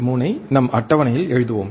3 ஐ நம் அட்டவணையில் எழுதுவோம்